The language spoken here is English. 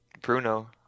Bruno